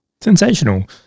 Sensational